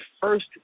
first